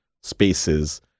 spaces